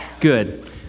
Good